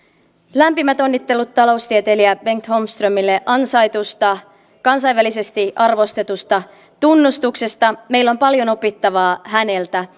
lämpimät onnittelut taloustieteilijä bengt holmströmille ansaitusta kansainvälisesti arvostetusta tunnustuksesta meillä on paljon opittavaa häneltä